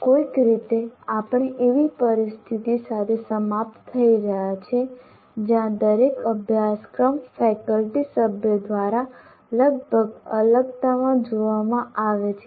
કોઈક રીતે આપણે એવી પરિસ્થિતિ સાથે સમાપ્ત થઈ રહ્યા છીએ જ્યાં દરેક અભ્યાસક્રમ ફેકલ્ટી સભ્ય દ્વારા લગભગ અલગતામાં જોવામાં આવે છે